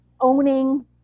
owning